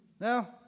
Now